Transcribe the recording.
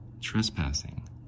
trespassing